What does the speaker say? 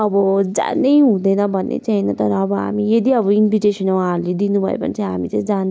अब जानै हुँदैन भन्ने चाहिँ होइन तर अब हामी यदि अब इन्भिटेसन उहाँहरूले दिनुभयो भने चाहिँ हामी चाहिँ जान्छौँ